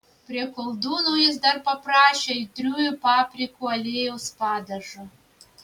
prie koldūnų jis dar paprašė aitriųjų paprikų aliejaus padažo